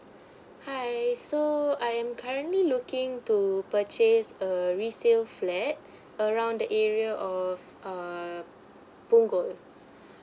hi so I am currently looking to purchase a resale flat around the area of err punggol